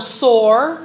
sore